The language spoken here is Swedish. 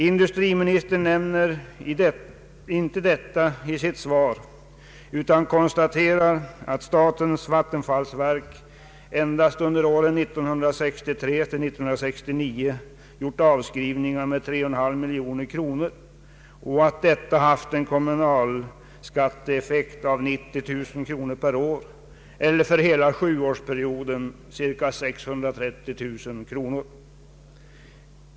Industriministern nämner inte detta i sitt svar utan konstaterar att statens vattenfallsverk under åren 1963 —1969 endast gjort avskrivningar med 3,5 miljoner kronor och att detta haft en kommunalskatteeffekt av 90 000 kronor per år eller för hela sjuårsperioden cirka 630 000 kronor.